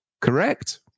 correct